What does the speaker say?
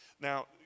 Now